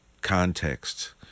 context